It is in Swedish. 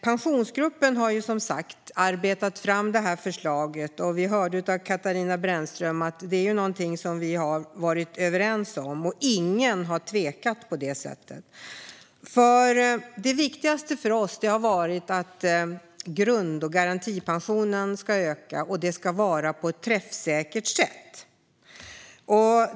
Pensionsgruppen har som sagt arbetat fram förslaget, och vi hörde av Katarina Brännström att detta är något som vi har varit överens om. Ingen har tvekat på det sättet. Det viktigaste för oss har varit att grund och garantipensionen ska öka, och detta ska ske på ett träffsäkert sätt.